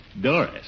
Doris